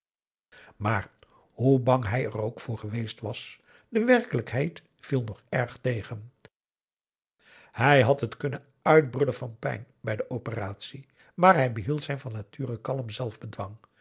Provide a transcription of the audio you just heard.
maar hoe bang hij er ook voor geweest was de werkelijkheid viel nog erg tegen hij had het kunnen uitbrullen van pijn bij de operatie maar hij behield zijn van nature kalm